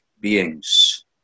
beings